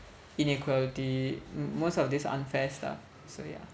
inequality most of this unfair stuff so ya